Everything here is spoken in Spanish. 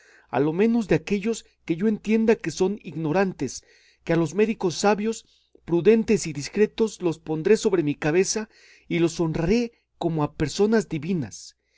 a lo menos de aquellos que yo entienda que son ignorantes que a los médicos sabios prudentes y discretos los pondré sobre mi cabeza y los honraré como a personas divinas